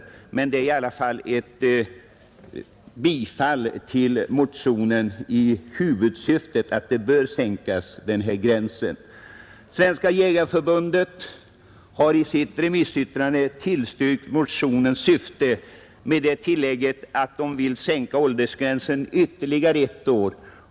Yttrandet innebär i alla fall en tillstyrkan av motionen i dess huvudsyfte, nämligen att åldersgränsen sänkes. Svenska jägareförbundet har i sitt remissyttrande tillstyrkt motionens syfte med det tillägget att förbundet vill sänka åldersgränsen ytterligare ett år.